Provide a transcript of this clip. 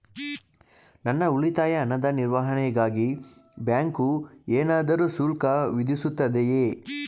ನನ್ನ ಉಳಿತಾಯ ಹಣದ ನಿರ್ವಹಣೆಗಾಗಿ ಬ್ಯಾಂಕು ಏನಾದರೂ ಶುಲ್ಕ ವಿಧಿಸುತ್ತದೆಯೇ?